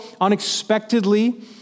unexpectedly